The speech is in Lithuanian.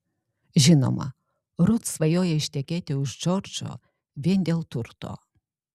žinoma rut svajoja ištekėti už džordžo vien dėl turto